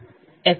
FX एक UFD है